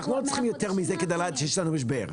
אנחנו לא צריכים יותר מזה כדי לדעת שיש לנו משבר.